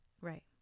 Right